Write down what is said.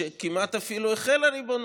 שכמעט אפילו החילה ריבונות,